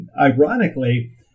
ironically